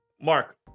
Mark